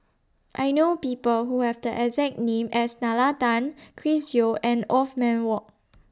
I know People Who Have The exact name as Nalla Tan Chris Yeo and Othman Wok